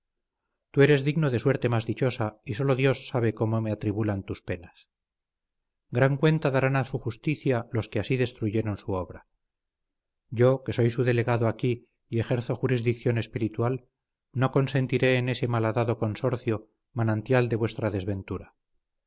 tú eres digno de suerte más dichosa y sólo dios sabe cómo me atribulan tus penas gran cuenta darán a su justicia los que así destruyen su obra yo que soy su delegado aquí y ejerzo jurisdicción espiritual no consentiré en ese malhadado consorcio manantial de vuestra desventura